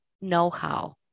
know-how